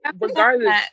regardless